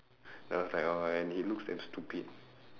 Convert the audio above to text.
then I was like oh and he looks damn stupid